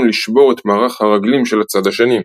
לשבור את מערך הרגלים של הצד השני.